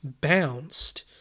bounced